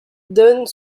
donnent